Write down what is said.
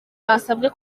basabwe